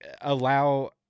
allow